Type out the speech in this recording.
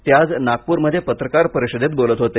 ते आज नागपुरमध्ये पत्रकार परिषदेत बोलत होते